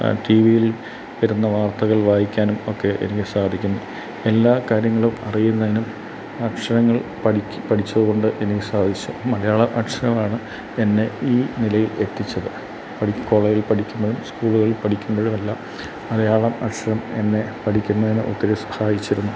T വിയിൽ വരുന്ന വാർത്തകൾ വായിക്കാനും ഒക്കെ എനിക്ക് സാധിക്കുന്നു എല്ലാ കാര്യങ്ങളും അറിയുന്നതിനും അക്ഷരങ്ങൾ പഠിക് പഠിച്ചതുകൊണ്ട് എനിക്ക് സാധിച്ചു മലയാള അക്ഷരമാണ് എന്നെ ഈ നിലയിൽ എത്തിച്ചത് മെഡിക്കൽ കോളേജിൽ പഠിക്കുമ്പോഴും സ്കൂളുകളിൽ പഠിക്കുമ്പോഴും എല്ലാം മലയാളം അക്ഷരം എന്നെ പഠിക്കുന്നതിന് ഒത്തിരി സഹായിച്ചിരുന്നു